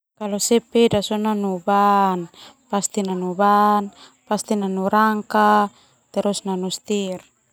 Kalau sepeda pasti nanu ban, pasti nanu rangka, terus nanu stir.